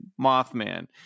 mothman